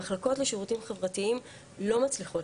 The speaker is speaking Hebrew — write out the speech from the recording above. המחלקות לשירותים החברתיים לא מצליחות